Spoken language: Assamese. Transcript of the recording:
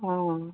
অ